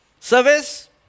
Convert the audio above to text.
Service